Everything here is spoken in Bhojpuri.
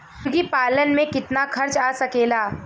मुर्गी पालन में कितना खर्च आ सकेला?